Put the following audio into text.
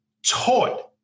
taught